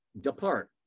depart